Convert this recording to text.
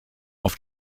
auf